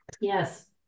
Yes